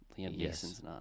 Yes